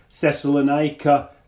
Thessalonica